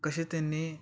कशे त्यांनी